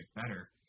better